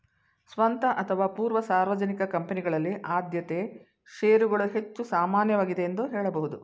ಸ್ವಂತ ಅಥವಾ ಪೂರ್ವ ಸಾರ್ವಜನಿಕ ಕಂಪನಿಗಳಲ್ಲಿ ಆದ್ಯತೆ ಶೇರುಗಳು ಹೆಚ್ಚು ಸಾಮಾನ್ಯವಾಗಿದೆ ಎಂದು ಹೇಳಬಹುದು